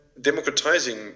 democratizing